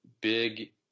big